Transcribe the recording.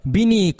Bini